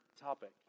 topic